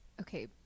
Okay